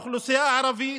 האוכלוסייה הערבית,